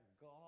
God